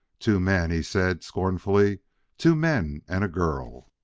two men, he said scornfully two men and a girl!